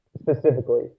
Specifically